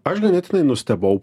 aš ganėtinai nustebau